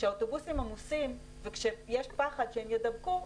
כשהאוטובוסים עמוסים ויש פחד שהם יידבקו,